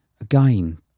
again